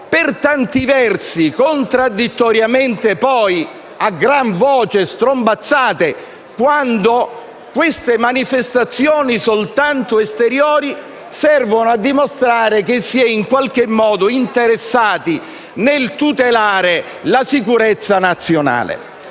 per tanti versi contraddittoriamente poi a gran voce strombazzate quando queste manifestazioni soltanto esteriori servono a dimostrare che si è in qualche modo interessati a tutelare la sicurezza nazionale.